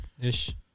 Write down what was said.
ish